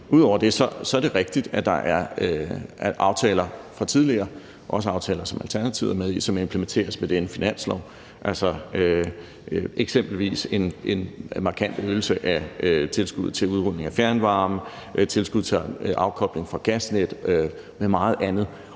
Ud over det er det rigtigt, at der er aftaler fra tidligere, også aftaler, som Alternativet er med i, som implementeres med det her forslag til finanslov, altså eksempelvis en markant forøgelse af tilskuddet til udrulning af fjernvarme og tilskuddet til afkobling fra gasnettet og meget andet,